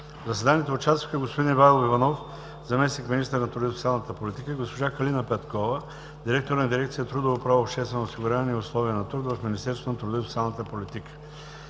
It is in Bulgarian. заседанието участваха: господин Ивайло Иванов – заместник-министър на труда и социалната политика, и госпожа Калина Петкова – директор на дирекция „Трудово право, обществено осигуряване и условия на труд“ в Министерство на труда и социалната политика.